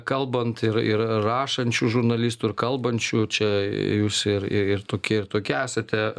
kalbant ir ir rašančių žurnalistų ir kalbančių čia jūs ir ir tokie ir tokie esate